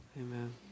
Amen